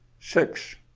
six.